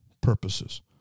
purposes